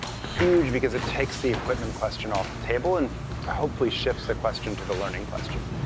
huge, because it takes the equipment question off the table and hopefully shifts the question to the learning question.